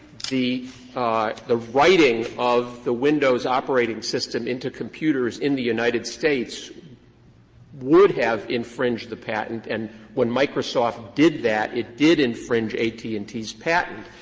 the the writing of the windows operating system into computers in the united states would have infringed the patent, and when microsoft did that it did infringe at and t's patent,